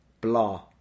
Blah